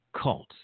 cults